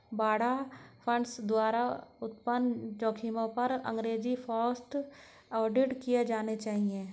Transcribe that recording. बाड़ा फंड्स द्वारा उत्पन्न जोखिमों पर अंग्रेजी फोकस्ड ऑडिट किए जाने चाहिए